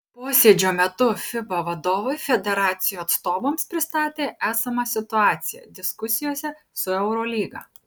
posėdžio metu fiba vadovai federacijų atstovams pristatė esamą situaciją diskusijose su eurolyga